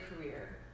career